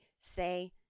say